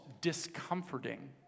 discomforting